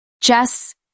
Jess